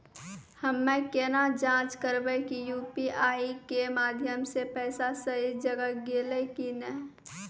हम्मय केना जाँच करबै की यु.पी.आई के माध्यम से पैसा सही जगह गेलै की नैय?